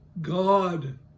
God